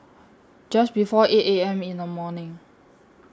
Just before eight A M in The morning